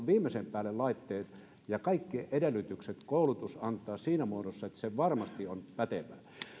viimeisen päälle laitteet ja kaikki edellytykset koulutus antaa siinä muodossa että se varmasti on pätevää